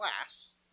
class